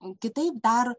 kitaip dar